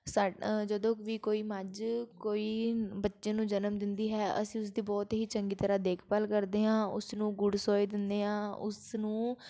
ਸਡ ਜਦੋਂ ਵੀ ਕੋਈ ਮੱਝ ਕੋਈ ਬੱਚੇ ਨੂੰ ਜਨਮ ਦਿੰਦੀ ਹੈ ਅਸੀਂ ਉਸਦੀ ਬਹੁਤ ਹੀ ਚੰਗੀ ਤਰ੍ਹਾਂ ਦੇਖਭਾਲ ਕਰਦੇ ਹਾਂ ਉਸਨੂੰ ਗੁੜ ਸੋਏ ਦਿੰਦੇ ਹਾਂ ਉਸ ਨੂੰ